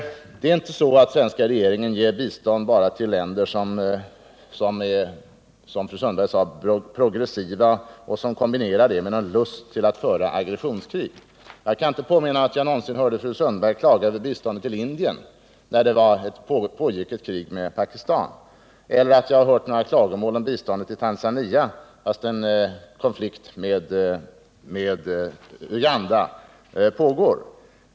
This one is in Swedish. Den svenska regeringen ger inte bistånd bara till länder som — vilket fru Sundberg sade — är progressiva och kombinerar det med en lust att föra aggressionskrig. Jag kan inte erinra mig att jag någonsin hörde fru Sundberg klaga över biståndet till Indien när det pågick ett krig med Pakistan eller att jag har hört några klagomål om biståndet till Tanzania, fastän en konflikt med Uganda pågår.